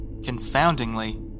confoundingly